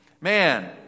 Man